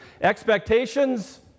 expectations